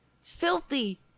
filthy